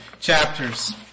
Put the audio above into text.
chapters